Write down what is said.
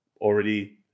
already